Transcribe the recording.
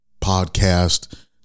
podcast